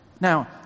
Now